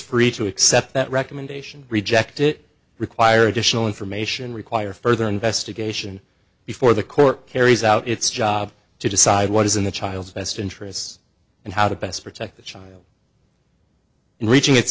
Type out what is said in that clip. free to accept that recommendation reject it require additional information require further investigation before the court carries out its job to decide what is in the child's best interests and how to best protect the child in reaching it